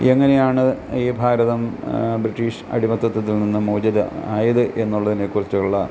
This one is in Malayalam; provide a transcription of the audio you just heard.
എങ്ങനെയാണ് ഈ ഭാരതം ബ്രിട്ടീഷ് അടിമത്തത്തിൽ നിന്ന് മോചിത ആയത് എന്നുളളതിനെക്കുറിച്ചുള്ള